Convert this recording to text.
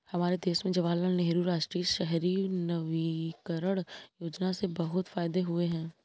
हमारे देश में जवाहरलाल नेहरू राष्ट्रीय शहरी नवीकरण योजना से बहुत से फायदे हुए हैं